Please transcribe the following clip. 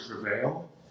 prevail